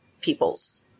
people's